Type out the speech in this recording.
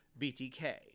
BTK